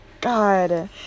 God